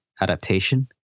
adaptation